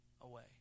away